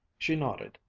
she nodded,